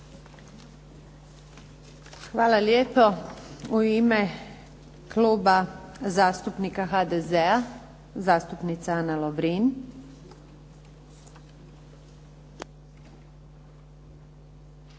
Hvala lijepa. U ime Kluba zastupnika HDZ-a, zastupnica Ana Lovrin.